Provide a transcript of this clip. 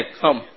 come